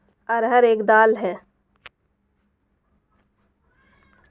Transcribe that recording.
अरहर एक दाल है